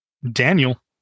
Daniel